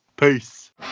Peace